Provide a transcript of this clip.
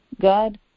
God